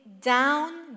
down